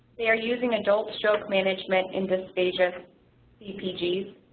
they are using adult stroke management in dysphagia cpgs.